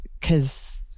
cause